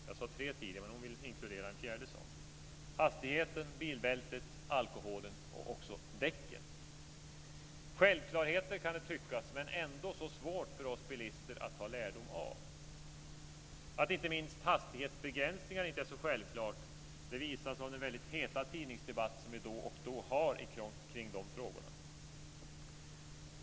Jag sade tre tidigare, men hon vill inkludera en fjärde - hastigheten, bilbältet, alkoholen och även däcken. Det kan tyckas vara självklarheter. Men det är ändå så svårt för oss bilister att ta lärdom av det. Att inte minst hastighetsbegränsningar inte är så självklara visas av de heta tidningsdebatter som vi då och då har om dessa frågor.